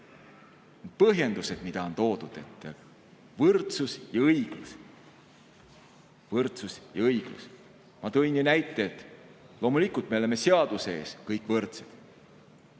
põhjendused, mida on toodud. Võrdsus ja õiglus. Võrdsus ja õiglus. Ma tõin ju näite, et loomulikult me oleme seaduse ees kõik võrdsed,